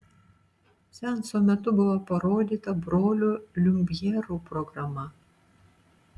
seanso metu buvo parodyta brolių liumjerų programa